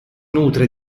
nutre